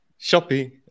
Shopee